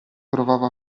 provava